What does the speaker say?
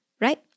right